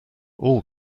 all